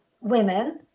women